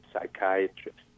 psychiatrists